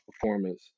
Performance